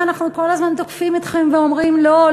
אנחנו כל הזמן תוקפים אתכם ואומרים: לא,